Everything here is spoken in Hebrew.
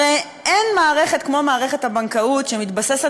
הרי אין מערכת כמו מערכת הבנקאות שמתבססת